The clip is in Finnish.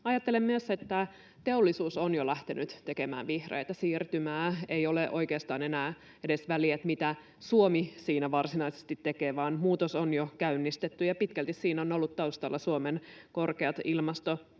Ajattelen myös, että teollisuus on jo lähtenyt tekemään vihreää siirtymää. Ei ole oikeastaan enää edes väliä, mitä Suomi siinä varsinaisesti tekee, vaan muutos on jo käynnistetty, ja pitkälti siinä on ollut taustalla Suomen korkeat ilmastotavoitteet.